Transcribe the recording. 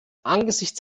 angesichts